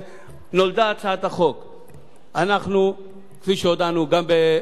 אנחנו, כפי שהודענו גם בוועדת השרים